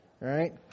Right